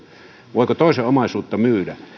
voiko toisen omaisuutta myydä